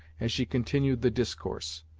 as she continued the discourse.